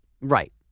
Right